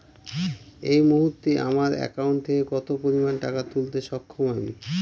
এই মুহূর্তে আমার একাউন্ট থেকে কত পরিমান টাকা তুলতে সক্ষম আমি?